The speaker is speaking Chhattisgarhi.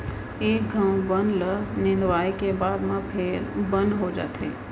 एक घौं बन ल निंदवाए के बाद म फेर बन हो जाथे